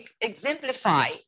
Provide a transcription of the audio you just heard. exemplify